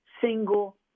single